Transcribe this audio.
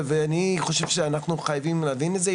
אני חושב שאנחנו חייבים להבין את זה,